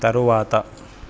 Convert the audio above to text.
తరువాత